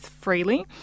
freely